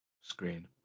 screen